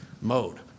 mode